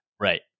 right